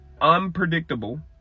unpredictable